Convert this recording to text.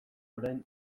orain